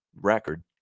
record